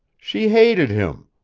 she hated him.